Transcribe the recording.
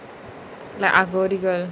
like agorikal